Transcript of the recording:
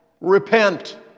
Repent